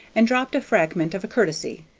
and dropped a fragment of a courtesy.